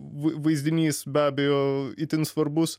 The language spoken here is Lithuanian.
vai vaizdinys be abejo itin svarbus